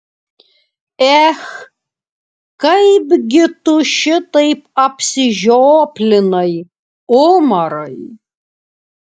ech kaipgi tu šitaip apsižioplinai umarai